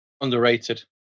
underrated